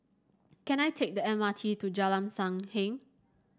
can I take the M R T to Jalan Sam Heng